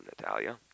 Natalia